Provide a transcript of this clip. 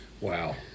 Wow